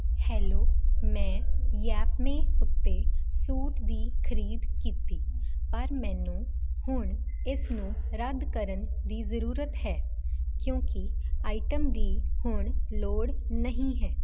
hello ਮੈਂ ਯੈਪਮੀ ਉੱਤੇ suit ਦੀ ਖਰੀਦ ਕੀਤੀ ਪਰ ਮੈਨੂੰ ਹੁਣ ਇਸ ਨੂੰ ਰੱਦ ਕਰਨ ਦੀ ਜ਼ਰੂਰਤ ਹੈ ਕਿਉਂਕਿ ਆਈਟਮ ਦੀ ਹੁਣ ਲੋੜ ਨਹੀਂ ਹੈ